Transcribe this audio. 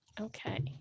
Okay